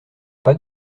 pas